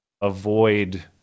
avoid